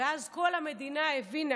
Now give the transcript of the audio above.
וכל המדינה הבינה